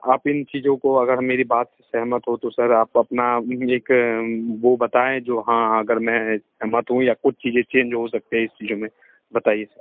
आप इन चीजों को अगर मेरी बात से सहमत हो तो सर आप अपना एक वो बताएँ जो हाँ अगर मैं सहमत हूँ या कुछ चीजें चेंज हो सकती हैं इस चीजों में बताइए सर